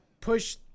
push